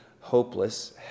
hopeless